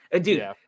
Dude